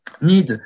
need